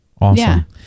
Awesome